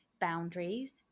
boundaries